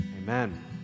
Amen